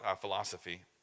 philosophy